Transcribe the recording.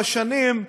כמה שנים,